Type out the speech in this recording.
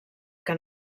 que